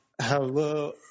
Hello